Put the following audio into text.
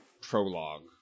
prologue